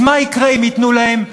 אז מה יקרה אם ייתנו להם?